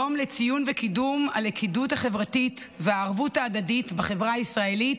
יום לציון וקידום הלכידות החברתית והערבות ההדדית בחברה הישראלית